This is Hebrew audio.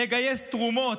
לגייס תרומות,